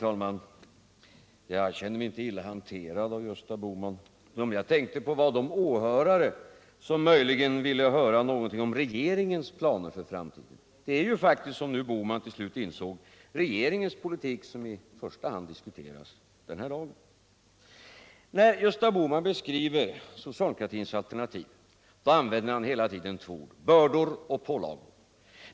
Herr talman! Jag känner mig inte illa hanterad av Gösta Bohman. Jag tänkte på de åhörare som möjligen ville höra någonting om regeringens planer för framtiden. Det är ju faktiskt, som herr Bohman till slut insåg, regeringens politik som i första hand diskuteras här i dag. När Gösta Bohman beskriver socialdemokratins alternativ använder han hela tiden två ord: bördor och pålagor.